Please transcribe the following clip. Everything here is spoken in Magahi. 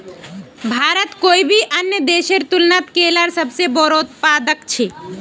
भारत कोई भी अन्य देशेर तुलनात केलार सबसे बोड़ो उत्पादक छे